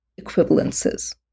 equivalences